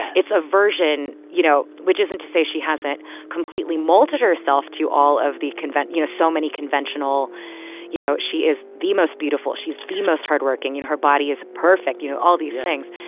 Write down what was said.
it's a version, you know which isn't to say she hasn't completely molded herself to all of the you know, so many conventional you know, she is the most beautiful. she's the most hardworking. and her body is perfect, you know, all these things.